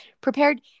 prepared